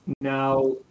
now